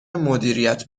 مدیریت